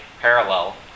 parallel